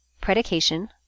predication